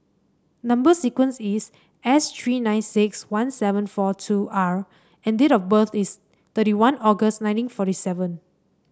number sequence is S three nine six one seven four two R and date of birth is thirty one August nineteen forty seven